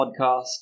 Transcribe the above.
podcast